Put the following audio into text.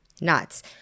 nuts